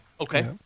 Okay